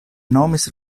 nomis